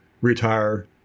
retire